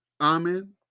Amen